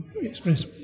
express